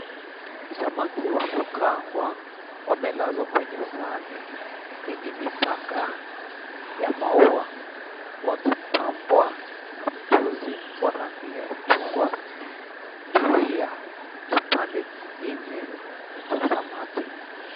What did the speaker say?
Samaki wa kukaangwa wamelazwa kwenye sahani yenye vipaka ya maua wakipambwa na mchuzi wa rangi ya chungwa juu ya kipande kingine ni cha samaki.